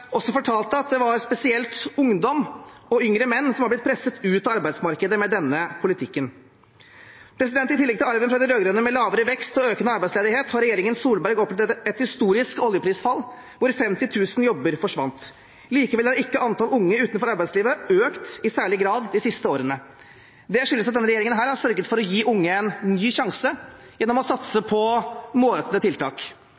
også fortalte at det var spesielt ungdom og yngre menn som var blitt presset ut av arbeidsmarkedet med denne politikken. I tillegg til arven fra de rød-grønne, med lavere vekst og økende arbeidsledighet, har regjeringen Solberg opplevd et historisk oljeprisfall, hvor 50 000 jobber forsvant. Likevel har ikke antall unge utenfor arbeidslivet økt i særlig grad de siste årene. Det skyldes at denne regjeringen har sørget for å gi unge en ny sjanse gjennom å